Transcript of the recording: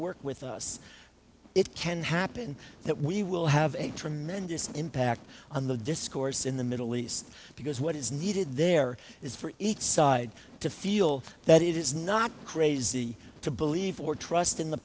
work with us it can happen that we will have a tremendous impact on the discourse in the middle east because what is needed there is for each side to feel that it is not crazy to believe or trust in the